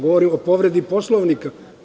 Govorim o povredi Poslovnika.